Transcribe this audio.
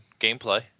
gameplay